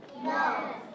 No